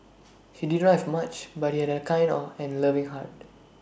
he did not have much but he had A kind on and loving heart